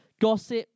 Gossip